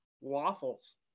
waffles